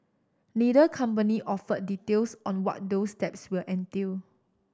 neither company offered details on what those steps will entail